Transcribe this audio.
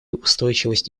устойчивость